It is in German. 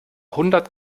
hundert